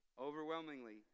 Overwhelmingly